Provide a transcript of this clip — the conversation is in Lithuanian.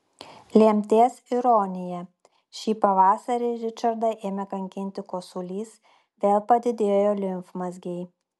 lemties ironija šį pavasarį ričardą ėmė kankinti kosulys vėl padidėjo limfmazgiai